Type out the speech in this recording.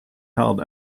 held